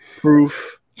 Proof